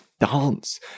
dance